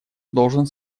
должен